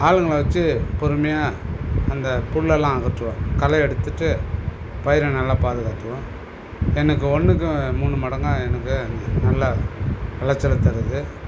ஆளுங்களை வச்சு பொறுமையாக அந்த புல் எல்லாம் அகற்றுவேன் களை எடுத்துவிட்டு பயிரை நல்லா பாதுகாத்துவேன் எனக்கு ஒன்றுக்கு மூணு மடங்காக எனக்கு நல்லா விளச்சல தருது